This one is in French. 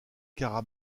cara